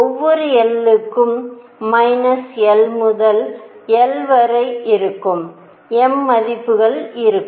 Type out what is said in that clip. ஒவ்வொரு I க்கும் minus l முதல் l வரை இருக்கும் m மதிப்புகள் இருக்கும்